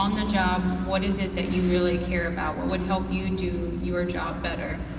um the job, what is it that you really care about, what would help you do your job better.